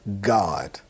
God